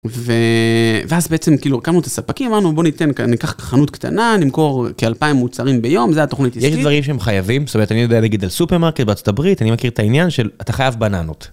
ואז בעצם כאילו הקמנו את הספקים אמרנו בוא ניתן כאן ניקח חנות קטנה נמכור כאלפיים מוצרים ביום זה התוכנית -יש דברים שהם חייבים? זאת אומרת אני יודע להגיד על סופרמארקט בארצות הברית אני מכיר את העניין של אתה חייב בננות.